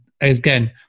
again